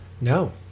no